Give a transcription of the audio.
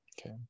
Okay